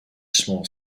small